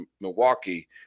Milwaukee